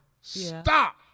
stop